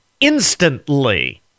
instantly